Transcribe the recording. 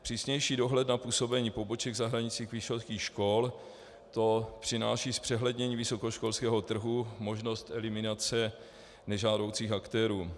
Přísnější dohled na působení poboček zahraničních vysokých škol to přináší zpřehlednění vysokoškolského trhu, možnost eliminace nežádoucích aktérů.